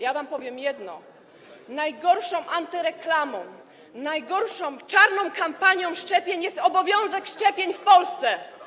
Ja wam powiem jedno: najgorszą antyreklamą, najgorszą czarną kampanią szczepień jest obowiązek szczepień w Polsce.